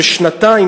בשנתיים,